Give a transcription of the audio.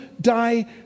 die